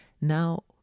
Now